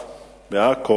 קרה,